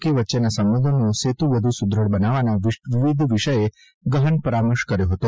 કે વચ્ચેના સંબંધોનો સેતુ વધુ સુદ્રઢ બનાવવાના વિવિધ વિષયે ગહન પરામર્શ કર્યો હતો